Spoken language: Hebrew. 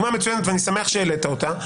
ואני שמח שהעלית אותה.